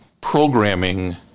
programming